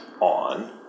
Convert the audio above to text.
on